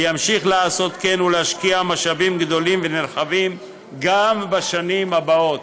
וימשיך לעשות כן ולהשקיע משאבים גדולים ונרחבים גם בשנים הבאות.